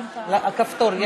הכפתור.